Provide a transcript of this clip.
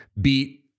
beat